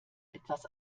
etwas